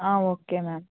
okay ma'am